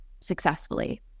successfully